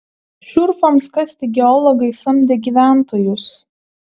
šurfams kasti geologai samdė gyventojus